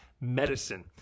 medicine